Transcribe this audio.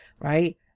right